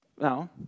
Now